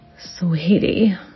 sweetie